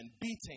beating